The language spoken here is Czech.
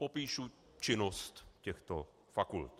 Popíšu činnost těchto fakult.